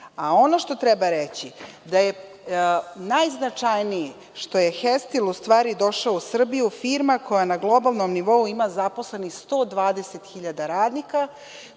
nema. Ono što treba reći je da je najznačajnije što je „Hestil“ u stvari došao u Srbiju, firma koja na globalnom nivou ima zaposlenih 120 hiljada radnika,